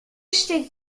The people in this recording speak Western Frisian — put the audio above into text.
stik